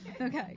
Okay